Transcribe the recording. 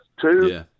Two